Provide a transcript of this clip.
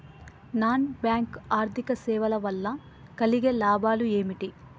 Non bank ఆర్థిక సేవల వల్ల కలిగే లాభాలు ఏమిటి?